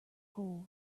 poor